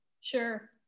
sure